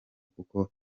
kuko